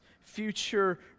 future